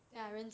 then